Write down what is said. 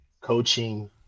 coaching